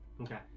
Okay